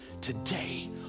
today